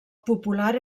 popular